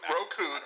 Roku